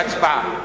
להצבעה.